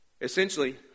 Essentially